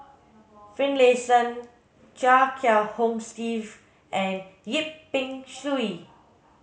Finlayson Chia Kiah Hong Steve and Yip Pin Xiu